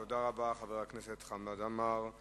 תודה רבה, חבר הכנסת חמד עמאר.